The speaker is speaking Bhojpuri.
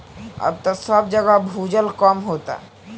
अब त सब जगह भूजल कम होता